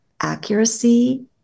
accuracy